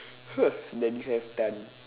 !huh! that you have done